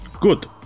Good